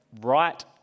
right